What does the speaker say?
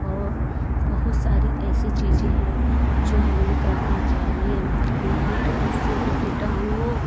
और बहुत सारी ऐसी चीज़ें हैं जो हमें करना चाहिए नहीं तो उससे भी किटाणुओं